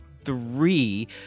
three